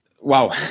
Wow